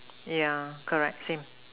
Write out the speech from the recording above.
yeah correct same